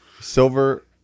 Silver